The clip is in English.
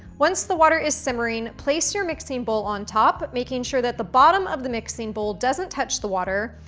once the water is simmering, place your mixing bowl on top, but making sure that the bottom of the mixing bowl doesn't touch the water,